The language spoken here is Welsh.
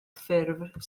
ffurf